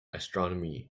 astronomy